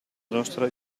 nostra